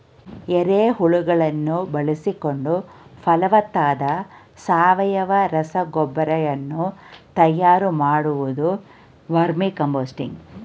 ಎರೆಹುಳುಗಳನ್ನು ಬಳಸಿಕೊಂಡು ಫಲವತ್ತಾದ ಸಾವಯವ ರಸಗೊಬ್ಬರ ವನ್ನು ತಯಾರು ಮಾಡುವುದು ವರ್ಮಿಕಾಂಪೋಸ್ತಿಂಗ್